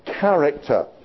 character